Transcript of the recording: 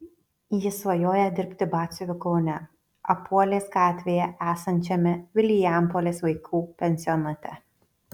jis svajoja dirbti batsiuviu kaune apuolės gatvėje esančiame vilijampolės vaikų pensionate